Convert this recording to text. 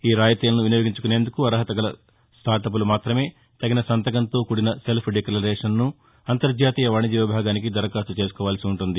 ఈ రాయితీలను వినియోగించుకొనేందకు అర్హత గల స్టార్టప్లు మాత్రమే తగిన సంతకంతో కూడిన సెల్ప్ డిక్లరేషనను అంతర్జాతీయ వాణిజ్య విభాగానికి దరఖాస్తు చేసుకోవాల్సి ఉంటుంది